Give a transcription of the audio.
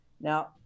Now